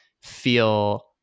feel